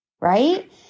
right